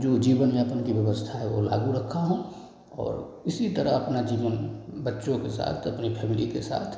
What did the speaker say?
जो जीवन ज्ञापन की व्यवस्था है वह लागू रखा हूँ और इसी तरह अपना जीवन बच्चों के साथ अपनी फ़ैमिली के साथ